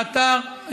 האתר,